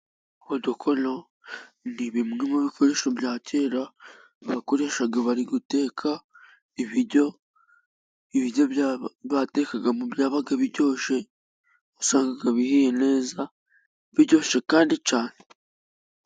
Udukono ni bimwe mu bikoresho bya kera bakoreshaga bari guteka ibiryo, ibiryo batekagamo byabaga biryoshye, wasangaga bihiye neza biryoshye kandi cyane.